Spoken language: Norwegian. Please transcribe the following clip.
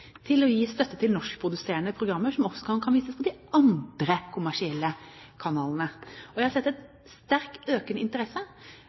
til å gi støtte til norskproduserte programmer som også kan vises på de andre kommersielle kanalene. Jeg har sett en sterkt økende interesse